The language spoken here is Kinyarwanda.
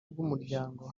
bw’umuryango